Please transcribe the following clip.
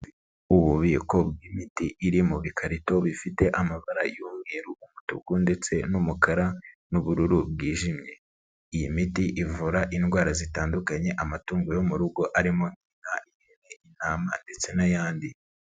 Ububiko bw'imiti iri mu bikarito bifite amabara y'umweru, umutuku ndetse n'umukara n'ubururu bwijimye, iyi miti ivura indwara zitandukanye amatungo yo mu rugo arimo inka, ihene, intama ndetse n'ayandi.